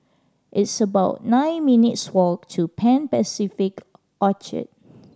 it's about nine minutes' walk to Pan Pacific Orchard